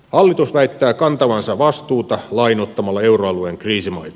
hallitus väittää kantavansa vastuuta lainoittamalla euroalueen kriisimaita